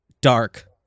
dark